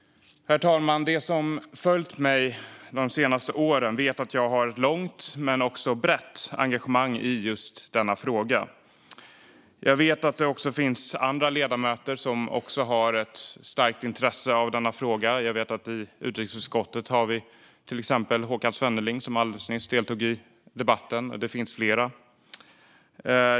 Herr talman! De som har följt mig de senaste åren vet att jag har ett långt men också brett engagemang i denna fråga. Jag vet att även andra ledamöter har ett starkt intresse för den. I utrikesutskottet har vi till exempel Håkan Svenneling, som alldeles nyss deltog i debatten. Det finns flera.